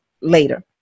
later